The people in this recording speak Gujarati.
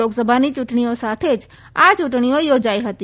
લોકસભાની ચૂંટકીઓ સાથે જ આ ચૂંટકીઓ યોજાઈ હતી